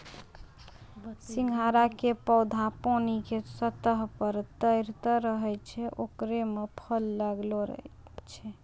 सिंघाड़ा के पौधा पानी के सतह पर तैरते रहै छै ओकरे मॅ फल लागै छै